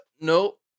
nope